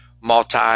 multi